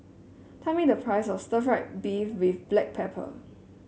tell me the price of Stir Fried Beef with Black Pepper